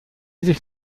sich